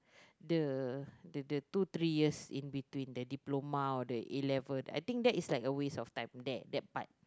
the the the two three years in between the diploma or the A level I think that is like a waste of time that that part